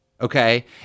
okay